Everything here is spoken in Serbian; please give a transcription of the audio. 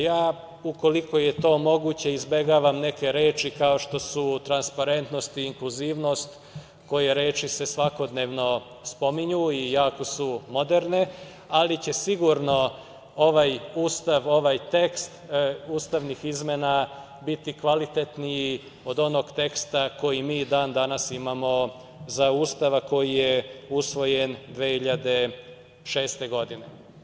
Ja, ukoliko je to moguće, izbegavam neke reči kao što su transparentnost i inkluzivnost, koje reči se svakodnevno spominju i jako su moderne, ali će sigurno ovaj Ustav, ovaj tekst ustavnih izmena biti kvalitetniji od onog teksta koji mi i dan danas imamo za Ustav, a koji je usvojen 2006. godine.